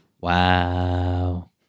Wow